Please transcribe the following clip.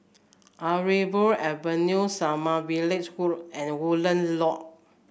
Arimbun Avenue Sommervilles Walk and Woodland Loop